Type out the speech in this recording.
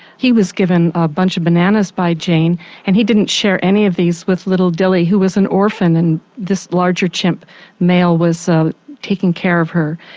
he was given a bunch of bananas by jane and he didn't share any of these with little dilly, who was an orphan, and this larger chimp male was taking care of her.